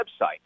website